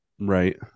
Right